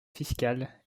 fiscale